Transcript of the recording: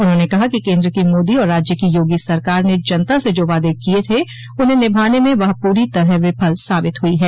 उन्होंने कहा कि केन्द्र की मोदी और राज्य की योगी सरकार ने जनता से जो वादे किये थे उन्हें निभाने में वह पूरी तरह विफल साबित हुई है